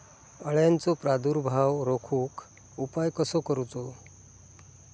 अळ्यांचो प्रादुर्भाव रोखुक उपाय कसो करूचो?